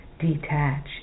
detach